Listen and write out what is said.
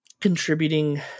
contributing